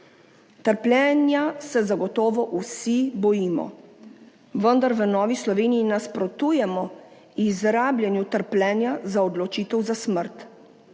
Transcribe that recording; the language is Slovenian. Trpljenja se zagotovo vsi bojimo, vendar v Novi Sloveniji nasprotujemo izrabljanju trpljenja za odločitev za smrt.